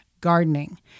gardening